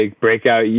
breakout